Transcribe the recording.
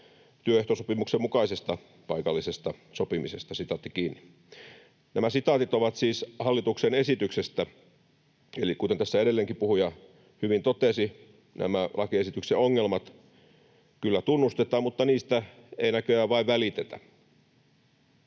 työehtosopimuksen mukaisesta paikallisesta sopimisesta.” Nämä sitaatit ovat siis hallituksen esityksestä. Eli kuten tässä edellinenkin puhuja hyvin totesi, nämä lakiesityksen ongelmat kyllä tunnustetaan, mutta niistä ei näköjään vain välitetä.